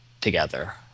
together